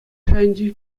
шайӗнчи